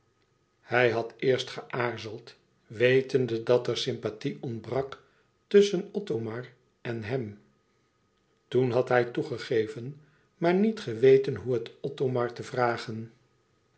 hij had eerst geaarzeld wetende dat er sympathie ontbrak tusschen othomar en hem toen had hij toegegeven maar niet geweten hoe het othomar te vragen